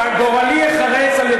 בניגוד לגורלך,